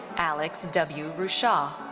alex w. ruschau.